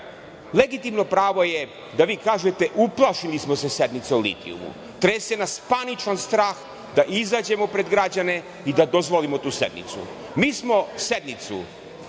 pravo je da vi kažete - uplašili smo se sednice o litijumu, trese nas paničan strah da izađemo pred građane i da dozvolimo tu sednicu. Mi smo zahtev